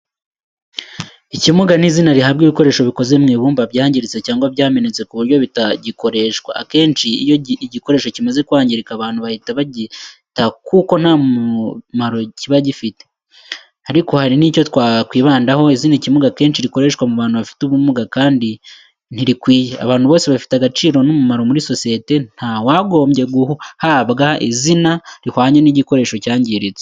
Ikimuga ni izina rihabwa ibikoresho bikoze mu ibumba, byangiritse cyangwa byamenetse ku buryo bitagikoreshwa. Akenshi iyo igikoresho kimaze kwangirika, abantu bahita bagita kuko nta mumaro kiba kigifite. Ariko, hari n’icyo twakwibandaho, izina “ikimuga” kenshi rikoreshwa ku bantu bafite ubumuga, kandi ntirikwiye. Abantu bose bafite agaciro n’umumaro muri sosiyete, nta n’uwagombye guhabwa iryo zina rihwanye n’igikoresho cyangiritse.